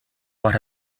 but